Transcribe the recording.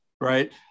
right